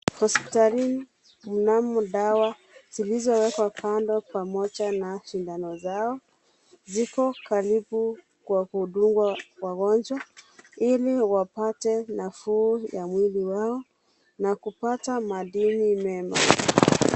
Hospitalini, mnamo dawa zilizowekwa kando pamoja na sindano zao. Ziko karibu kwa kudungwa wagonjwa, ili wapate nafuu ya mwili wao na kupata madini mema.